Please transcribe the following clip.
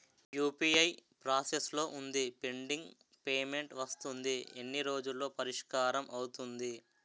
UPI process లో వుంది pending payment వస్తుంది ఎన్ని రోజుల్లో పరిష్కారం అవుతుంది